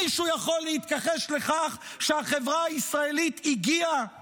מישהו יכול להתכחש לכך שהחברה הישראלית הגיעה